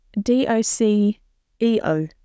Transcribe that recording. D-O-C-E-O